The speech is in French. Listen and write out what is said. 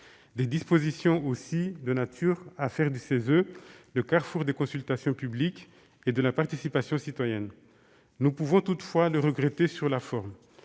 Ces dispositions sont aussi de nature à faire du CESE le « carrefour des consultations publiques » et de la participation citoyenne. Nous pouvons toutefois le regretter sur la forme.